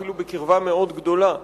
אפילו בקרבה מאוד גדולה,